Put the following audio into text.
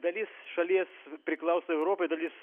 dalis šalies priklauso europai dalis